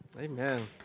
Amen